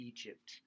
Egypt